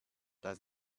does